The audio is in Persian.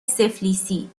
سفلیسی